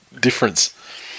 difference